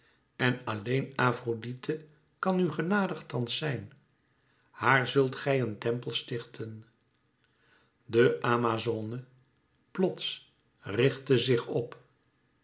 en alleen afrodite kan u genadig thans zijn haar zult gij een tempel stichten de amazone plots richtte zich op